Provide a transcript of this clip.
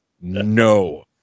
no